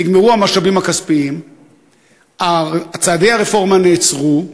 נגמרו המשאבים הכספיים, צעדי הרפורמה נעצרו,